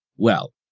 well,